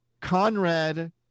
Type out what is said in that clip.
Conrad